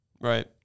right